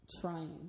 trying